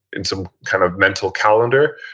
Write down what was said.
in some kind of mental calendar.